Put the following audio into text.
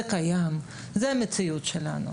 זה קיים וזו המציאות שלנו.